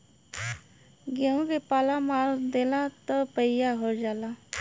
गेंहू के पाला मार देला त पइया हो जाला